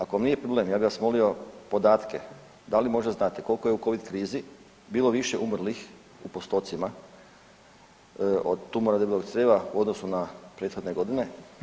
Ako vam nije problem, ja bih vas molio podatke da li možda znate koliko je u covid krizi bilo više umrlih u postocima od tumora debelog crijeva u odnosu na prethodne godine.